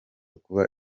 kuba